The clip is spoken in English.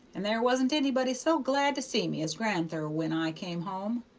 and there wasn't anybody so glad to see me as gran'ther when i came home.